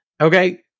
Okay